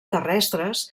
terrestres